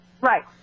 right